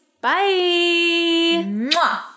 Bye